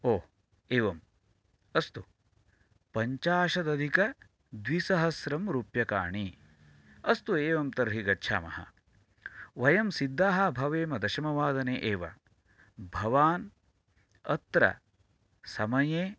ओ एवम् अस्तु पञ्चाशतधिकद्विसहस्रं रूप्यकाणि अस्तु एवं तर्हि गच्छामः वयं सिद्धाः भवेम दशमवादने एव भवान् अत्र समये